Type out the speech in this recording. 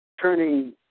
turning